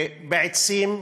בעצים,